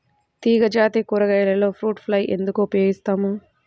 తీగజాతి కూరగాయలలో fruit fly ఎందుకు ఉపయోగిస్తాము?